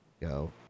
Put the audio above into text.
Go